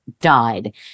died